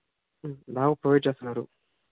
బాగా ప్రొవైడ్ చేస్తున్నారు